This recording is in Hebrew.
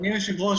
אדוני היושב-ראש,